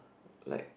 like